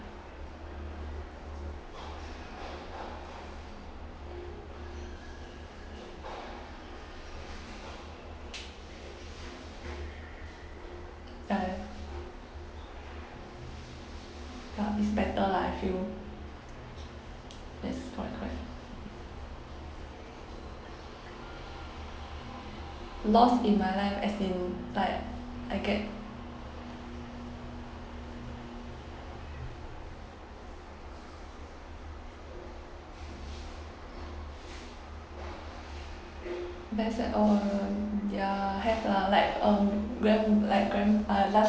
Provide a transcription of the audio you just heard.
ya ya is better lah I feel yes correct correct loss in my life as in like I get very sad um ya have lah like um gran~ like gran~ uh last